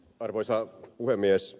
arvoisa puhemies